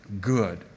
good